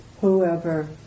whoever